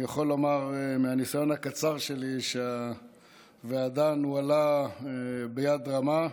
אני יכול לומר מהניסיון הקצר שלי שהוועדה נוהלה ביד רמה,